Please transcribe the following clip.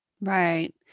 Right